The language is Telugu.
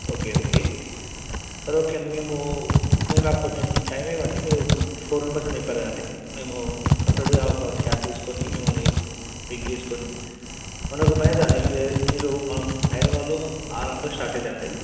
ఓకే ఓకే ఓకే అండి మేము మీరు నాకు కొంచెం టైమ్ ఇవ్వండి మీరు ఫోర్ మెంబర్స్ అని చెప్పారు కదండి మేము సెపరేట్గా ఒక క్యాబ్ తీసుకుని మిమ్మల్ని పిక్ చేసుకుని మనం ఒక పని చేద్దామండి మీరు మనం హైదరాబాద్లో ఆరు గంటలకి స్టార్ట్ అవుతారండి